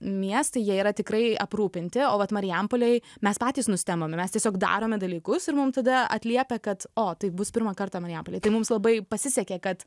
miestai jie yra tikrai aprūpinti o vat marijampolėj mes patys nustembame mes tiesiog darome dalykus ir mum tada atliepia kad o tai bus pirmą kartą marijampolėj tai mums labai pasisekė kad